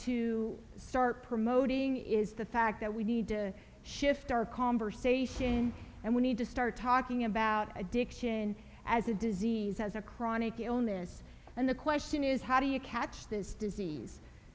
to start promoting is the fact that we need to shift our conversation and we need to start talking about addiction as a disease as a chronic illness and the question is how do you catch this disease